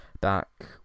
back